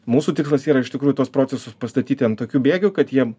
mūsų tikslas yra iš tikrųjų tuos procesus pastatyti ant tokių bėgių kad jie